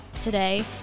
today